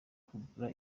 kugura